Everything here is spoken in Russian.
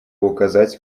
указать